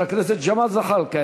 חבר הכנסת ג'מאל זחאלקה,